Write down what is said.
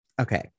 Okay